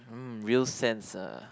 hmm real sense ah